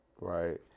right